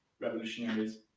revolutionaries